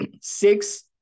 six